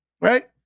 Right